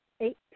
eight